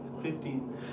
Fifteen